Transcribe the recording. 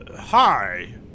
Hi